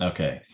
Okay